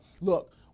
look